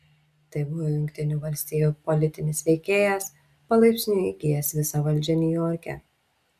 tai buvo jungtinių valstijų politinis veikėjas palaipsniui įgijęs visą valdžią niujorke